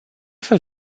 fel